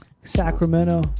Sacramento